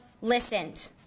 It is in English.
listened